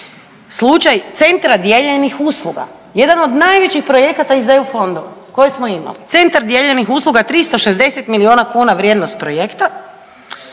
slučaj centra dijeljenih usluga. Jedan od najvećih projekata iz EU fondova koje smo imali centar dijeljenih usluga 360 milijuna kuna vrijednost projekta,